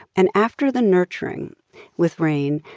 and after the nurturing with rain,